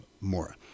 Mora